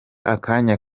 akanya